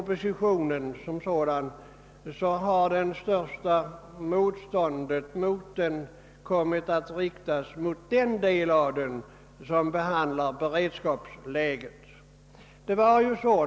Vad beträffar propositionen har det största motståndet kommit att riktas mot den del av denna som gäller beredskapsläget.